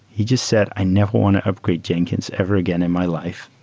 he just said, i never want to upgrade jenkins ever again in my life,